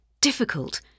difficult